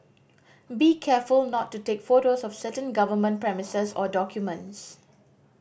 be careful not to take photos of certain government premises or documents